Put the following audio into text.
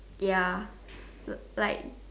ya like